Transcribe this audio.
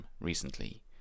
recently